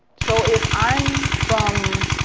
so if i'm from